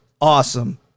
awesome